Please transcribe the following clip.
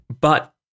But-